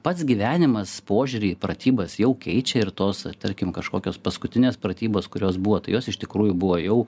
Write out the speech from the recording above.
pats gyvenimas požiūrį į pratybas jau keičia ir tos tarkim kažkokios paskutinės pratybos kurios buvo tai jos iš tikrųjų buvo jau